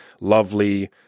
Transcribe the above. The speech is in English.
lovely